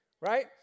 right